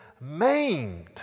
maimed